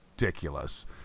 ridiculous